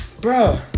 bro